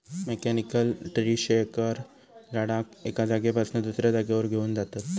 mechanical tree shaker झाडाक एका जागेपासना दुसऱ्या जागेवर घेऊन जातत